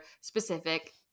specific